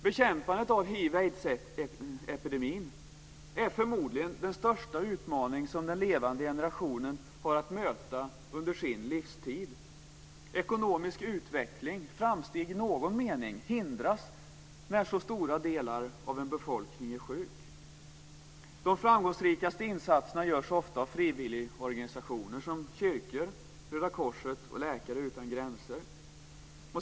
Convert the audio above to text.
Bekämpningen av hiv/aids-epidemin är förmodligen den största utmaning som den nu levande generationen har att möta under sin livstid. Ekonomisk utveckling - framsteg i någon mening - hindras när så stora delar av en befolkning är sjuk. De framgångsrikaste insatserna görs ofta av frivilligorganisationer som kyrkor, Röda korset och Läkare utan gränser.